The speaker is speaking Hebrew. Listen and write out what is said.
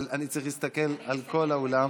אבל אני צריך להסתכל על כל האולם.